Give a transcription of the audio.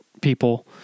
people